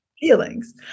feelings